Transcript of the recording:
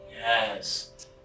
Yes